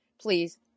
please